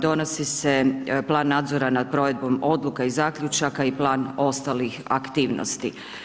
Donosi se plan nadzora nad provedbom odluka i zaključaka i plan ostalih aktivnosti.